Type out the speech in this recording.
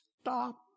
stop